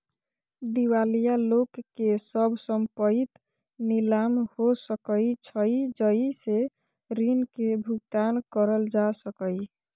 दिवालिया लोक के सब संपइत नीलाम हो सकइ छइ जइ से ऋण के भुगतान करल जा सकइ